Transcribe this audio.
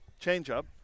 changeup